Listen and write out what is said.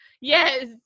Yes